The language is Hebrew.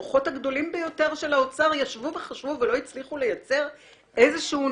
המוחות הגדולים ביותר של האוצר ישבו וחשבו ולא הצליחו לייצר נוהל?